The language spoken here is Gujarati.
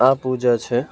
આ પૂજા છે